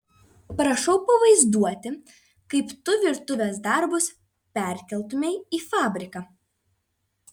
prašau pavaizduoti kaip tu virtuvės darbus perkeltumei į fabriką